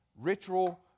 ritual